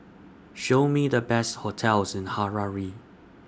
Show Me The Best hotels in Harare